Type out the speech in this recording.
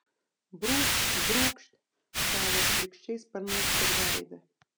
brūkšt brūkšt savo šlykščiais sparnais per veidą